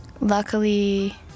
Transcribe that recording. Luckily